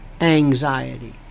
anxiety